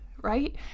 right